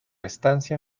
estancia